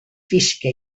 física